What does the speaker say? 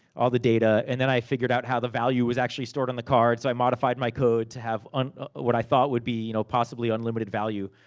all the data. and then i figured out how the value was actually stored on the card, so i modified my code to have, what i thought would be, you know possibly unlimited value.